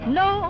no